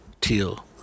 teal